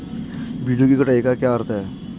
बीजों की कटाई का क्या अर्थ है?